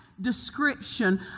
description